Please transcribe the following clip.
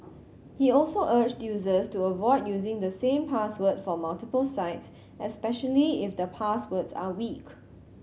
he also urged users to avoid using the same password for multiple sites especially if the passwords are weak